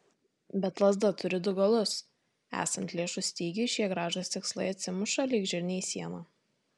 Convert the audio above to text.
bet lazda turi du galus esant lėšų stygiui šie gražūs tikslai atsimuša lyg žirniai į sieną